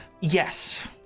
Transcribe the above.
Yes